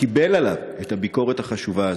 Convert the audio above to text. קיבלה עליה את הביקורת החשובה הזאת,